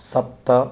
सप्त